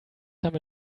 haben